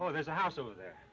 oh there's a house over there